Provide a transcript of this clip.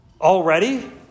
Already